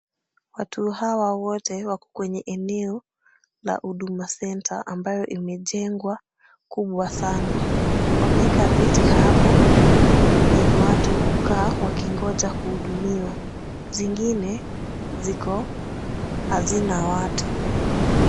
Watu hawa wote wako kwenye eneo la Huduma Center ambayo imejengwa kubwa sana, wameeka viti hapo yenye watu hukaa wakingoja kuhudumiwa. Zingine ziko hazina watu.